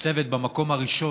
ניצבת במקום הראשון,